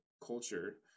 culture